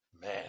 Man